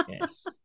yes